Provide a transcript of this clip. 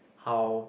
how